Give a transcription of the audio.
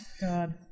God